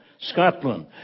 Scotland